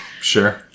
Sure